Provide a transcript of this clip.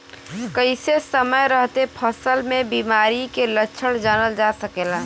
कइसे समय रहते फसल में बिमारी के लक्षण जानल जा सकेला?